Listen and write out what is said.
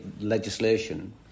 legislation